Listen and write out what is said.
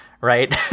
right